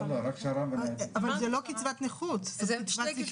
אבל זה לא קצבת נכות, זו קבצת